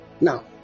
Now